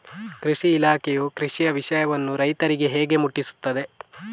ಕೃಷಿ ಇಲಾಖೆಯು ಕೃಷಿಯ ವಿಷಯವನ್ನು ರೈತರಿಗೆ ಹೇಗೆ ಮುಟ್ಟಿಸ್ತದೆ?